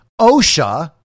OSHA